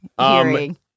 hearing